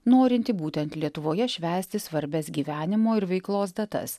norintį būtent lietuvoje švęsti svarbias gyvenimo ir veiklos datas